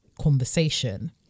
conversation